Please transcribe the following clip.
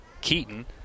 Keaton